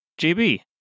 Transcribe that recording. JB